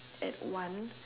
at one